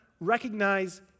recognize